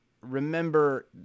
remember